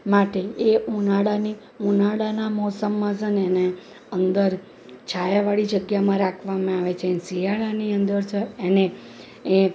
માટે એ ઉનાળાની ઉનાળાના મોસમમાં છે ને એને અંદર છાયાવાળી જગ્યામાં રાખવામાં આવે છે શિયાળાની અંદર એને એ